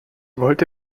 wollte